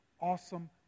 awesome